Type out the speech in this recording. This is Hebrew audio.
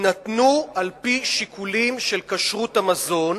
יהיו על-פי שיקולים של כשרות המזון,